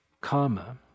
karma